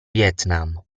vietnam